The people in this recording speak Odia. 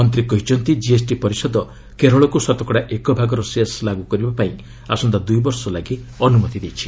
ମନ୍ତ୍ରୀ କହିଛନ୍ତି ଜିଏସ୍ଟି ପରିଷଦ କେରଳକୁ ଶତକଡ଼ା ଏକ ଭାଗର ସେସ୍ ଲାଗୁ କରିବା ପାଇଁ ଆସନ୍ତା ଦୂଇ ବର୍ଷ ଲାଗି ଅନ୍ରମତି ଦେଇଛି